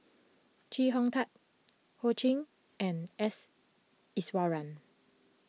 Chee Hong Tat Ho Ching and S Iswaran